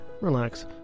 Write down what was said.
relax